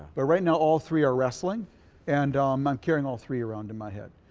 but right now all three are wrestling and um i'm carrying all three around in my head.